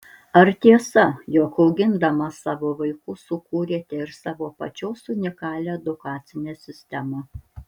ar tiesa jog augindama savo vaikus sukūrėte ir savo pačios unikalią edukacinę sistemą